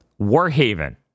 Warhaven